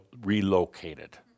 relocated